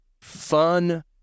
fun